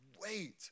wait